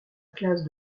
classe